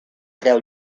creu